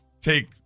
take